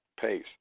pace